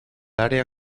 área